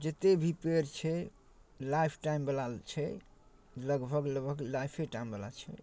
जतेक भी पेड़ छै लाइफ टाइमवला छै लगभग लगभग लाइफे टाइमवला छै